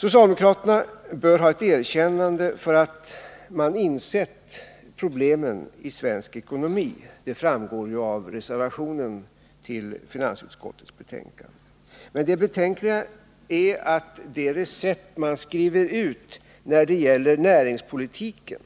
Socialdemokraterna bör ha ett erkännande för att de insett problemen i svensk ekonomi — att de gjort det framgår ju av reservationerna till finansutskottets betänkande. Men det betänkliga är att det recept man skriver ut när det gäller näringspolitiken